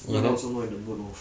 right now also not in the mood lor